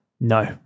No